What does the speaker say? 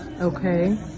Okay